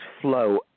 flow